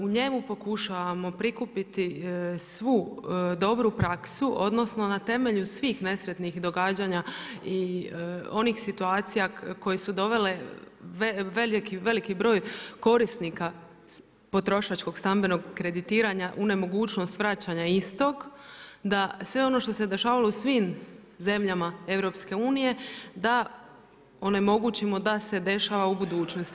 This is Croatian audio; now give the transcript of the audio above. U njemu pokušavamo prikupiti svu dobru praksu, odnosno na temelju svih nesretnih događanja i onih situacija koje su dovele veliki broj korisnika potrošačkog stambenog kreditiranja u nemogućnost vraćanja istog, da sve ono što se dešavalo u svim zemljama EU, da onemogućimo da se dešava u budućnosti.